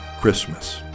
Christmas